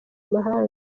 mahanga